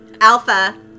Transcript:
alpha